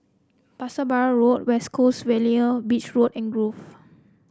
Pasir Laba Road West Coast Vale Beechwood and Grove